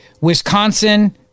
Wisconsin